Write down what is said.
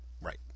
right